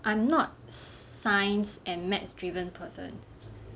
I'm not science and maths driven person